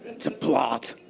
it's a plot!